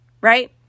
right